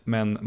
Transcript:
Men